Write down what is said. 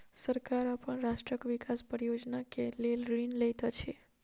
सरकार अपन राष्ट्रक विकास परियोजना के लेल ऋण लैत अछि